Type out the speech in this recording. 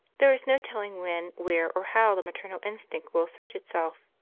there is no telling when, where, or how the maternal instinct will assert itself.